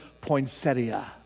poinsettia